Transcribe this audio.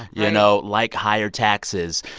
you know, like higher taxes.